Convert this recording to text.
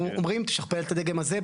אנחנו אומרים תשכפל את הדגם הזה,